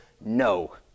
No